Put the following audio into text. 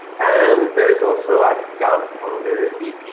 and there's also a discount on the ep,